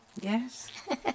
Yes